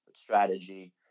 strategy